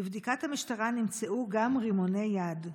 בבדיקת המשטרה נמצאו גם רימוני יד.